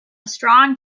strong